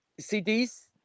CDs